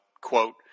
quote